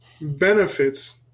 benefits